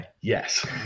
yes